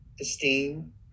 esteem